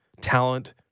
talent